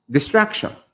Distraction